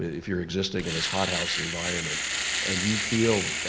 if you're existing in this hot house environment and you feel.